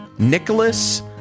Nicholas